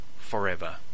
forever